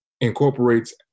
incorporates